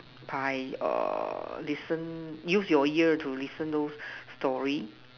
by err listen use your ear to listen those story